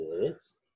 Yes